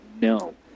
No